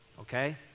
Okay